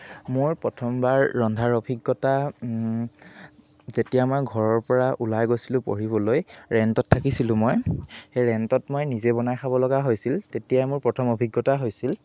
মোৰ প্ৰথমবাৰ ৰন্ধাৰ অভিজ্ঞতা যেতিয়া মই ঘৰৰ পৰা ওলাই গৈছিলো পঢ়িবলৈ ৰেণ্টত থাকিছিলো মই সেই ৰেণ্টত মই নিজে বনাই খাব লগা হৈছিল তেতিয়াই মোৰ প্ৰথম অভিজ্ঞতা হৈছিল